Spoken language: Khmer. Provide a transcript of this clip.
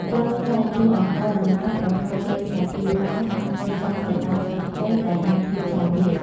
ក្រោយមកដួសអង្ករដំណើបប្រហែលបីស្លាបព្រាបាយដាក់នៅចំកណ្តាលស្លឹកចេកដែលបានរៀបចំរួច។